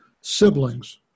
siblings